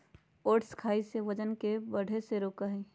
oats खाई से वजन के बढ़े से रोका हई